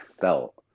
felt